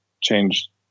change